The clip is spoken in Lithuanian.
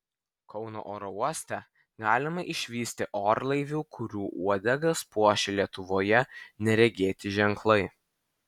kauno oro uoste galima išvysti orlaivių kurių uodegas puošia lietuvoje neregėti ženklai